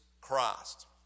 Christ